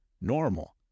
normal